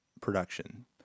production